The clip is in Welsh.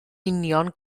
union